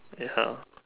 ya